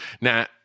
Now